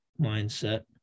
mindset